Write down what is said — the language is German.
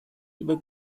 über